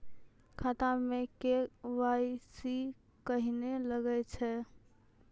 खाता मे के.वाई.सी कहिने लगय छै?